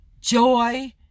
Joy